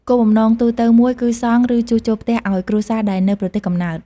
គោលបំណងទូទៅមួយគឺសង់ ឬជួសជុលផ្ទះឱ្យគ្រួសារដែលនៅប្រទេសកំណើត។